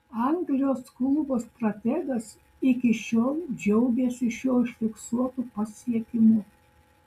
anglijos klubo strategas iki šiol džiaugiasi šiuo užfiksuotu pasiekimu